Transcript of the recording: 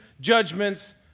judgments